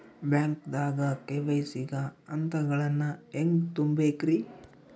ಬ್ಯಾಂಕ್ದಾಗ ಕೆ.ವೈ.ಸಿ ಗ ಹಂತಗಳನ್ನ ಹೆಂಗ್ ತುಂಬೇಕ್ರಿ?